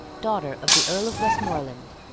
daughter of the earl of westmoreland,